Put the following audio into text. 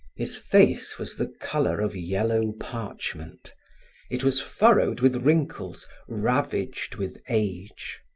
his face was the color of yellow parchment it was furrowed with wrinkles, ravaged with age.